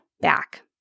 back